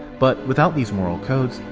but without these moral codes,